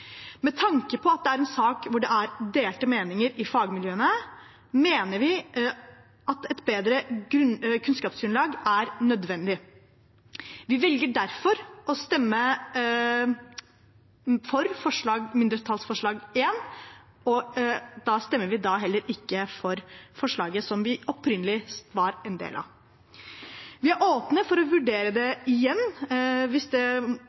Med tanke på at det er en sak der det er delte meninger i fagmiljøene, mener vi at et bedre kunnskapsgrunnlag er nødvendig. Vi velger derfor å stemme for mindretallsforslag nr. 1, og da stemmer vi heller ikke for forslaget som vi opprinnelig var en del av. Vi er åpne for å vurdere det igjen; det ser ut til at det kommer til å bli vedtatt, men om det